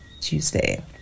tuesday